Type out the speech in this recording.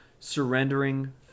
surrendering